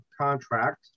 contract